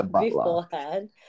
beforehand